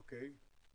אוקיי.